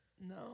No